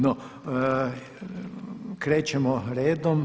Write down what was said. No, krećemo redom.